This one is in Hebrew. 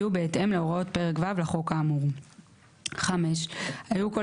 יהיו בהתאם להוראות פרק ו' לחוק האמור ; (5) היו כל